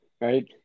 Right